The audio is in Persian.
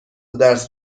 درس